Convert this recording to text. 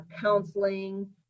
counseling